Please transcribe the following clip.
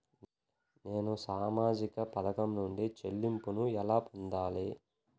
నేను సామాజిక పథకం నుండి చెల్లింపును ఎలా పొందాలి?